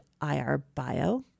IRBio